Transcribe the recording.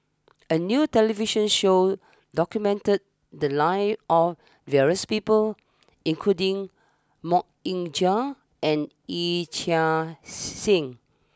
a new television show documented the lives of various people including Mok Ying Jang and Yee Chia Hsing